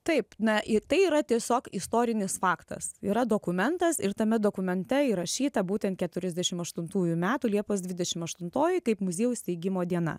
taip na ir tai yra tiesiog istorinis faktas yra dokumentas ir tame dokumente įrašyta būtent keturiasdešim aštuntųjų metų liepos dvidešim aštuntoji kaip muziejaus steigimo diena